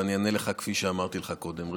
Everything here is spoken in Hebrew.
ואני אענה לך כפי שאמרתי לך קודם.